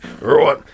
Right